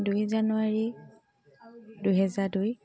দুই জানুৱাৰী দুহেজাৰ দুই